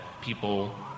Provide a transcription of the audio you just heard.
people